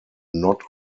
not